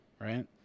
right